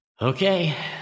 Okay